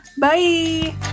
Bye